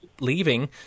leaving